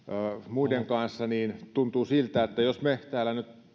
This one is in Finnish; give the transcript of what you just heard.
muiden kanssa niin tuntuu siltä että jos me täällä nyt